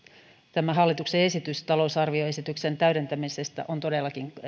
tämä hallituksen esitys talousarvioesityksen täydentämisestä on todellakin